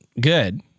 good